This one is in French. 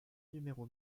numéro